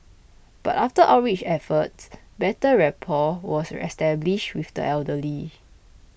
but after outreach efforts better rapport was established with the elderly